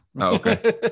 okay